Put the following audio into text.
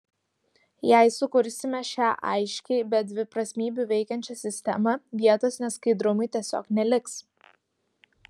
jei sukursime šią aiškiai be dviprasmybių veikiančią sistemą vietos neskaidrumui tiesiog neliks